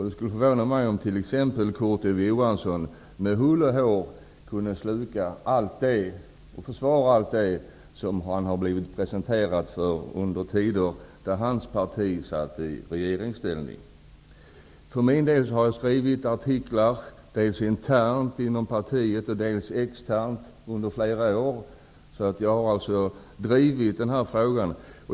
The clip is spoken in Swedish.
Det skulle förvåna mig om exempelvis Kurt Ove Johansson med hull och hår har kunnat sluka allt det som han har blivit presenterad under tider då För min del har jag under flera år skrivit artiklar, dels internt inom partiet, dels externt. Jag har alltså drivit den här frågan.